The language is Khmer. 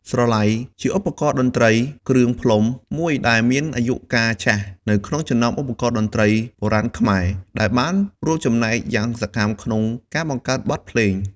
ស្រឡៃ ជាឧបករណ៍តន្ត្រីគ្រឿងផ្លុំមួយដែលមានអាយុកាលចាស់ នៅក្នុងចំណោមឧបករណ៍តន្ត្រីបុរាណខ្មែរ ដែលបានរួមចំណែកយ៉ាងសកម្មក្នុងការបង្កើតបទភ្លេង។